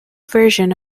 version